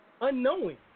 unknowing